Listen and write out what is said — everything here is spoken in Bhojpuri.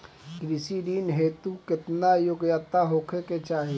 कृषि ऋण हेतू केतना योग्यता होखे के चाहीं?